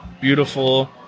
beautiful